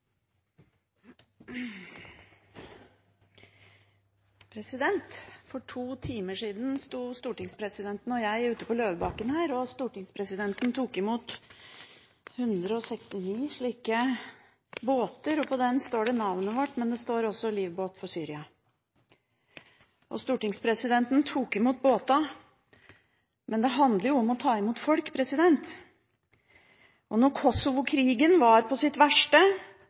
For to timer sida sto stortingspresidenten og jeg ute på Løvebakken, og stortingspresidenten tok imot 169 slike båter. På dem står det navnet vårt, men det står også «En livbåt for Syria». Stortingspresidenten tok imot båtene, men det handler jo om å ta imot folk. Da Kosovo-krigen var på sitt verste,